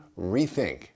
rethink